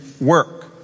work